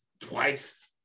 twice